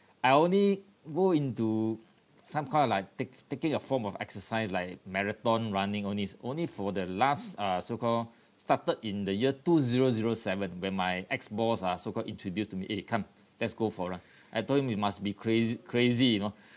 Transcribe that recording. I only go into some kind of like take taking a form of exercise like marathon running all this only for the last uh so called started in the year two zero zero seven when my ex boss ah so called introduced to me eh come let's go for it I told him you must be craz~ crazy you know